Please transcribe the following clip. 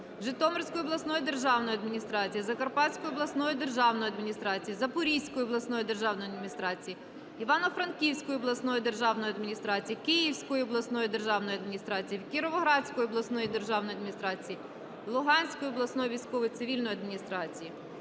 Житомирської обласної державної адміністрації, Закарпатської обласної державної адміністрації, Запорізької обласної державної адміністрації, Івано-Франківської обласної державної адміністрації, Київської обласної державної адміністрації, Кіровоградської обласної державної адміністрації, Луганської обласної військово-цивільної адміністрації,